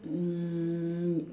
mm